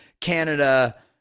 Canada